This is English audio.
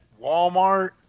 Walmart